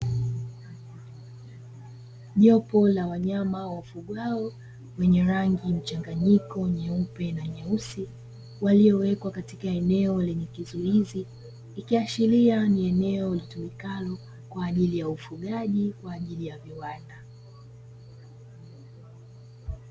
Jopo la wanyama wafugwao wenye rangi mchanganyiko nyeupe na nyeusi, waliowekwa katika eneo lenye kizuizi, ikiashiria ni eneo litumikalo kwa ajili ya ufugaji kwa ajili ya viwanda.